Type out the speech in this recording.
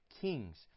Kings